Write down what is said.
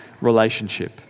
relationship